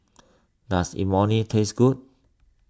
does Imoni taste good